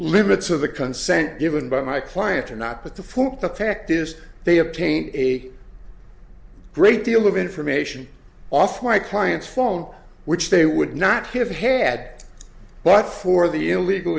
limits of the consent given by my client or not but the point the fact is they obtained a great deal of information off my client's phone which they would not have had but for the illegal